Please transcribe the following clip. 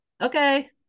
Okay